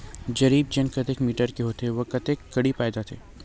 जरीब चेन कतेक मीटर के होथे व कतेक कडी पाए जाथे?